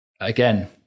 again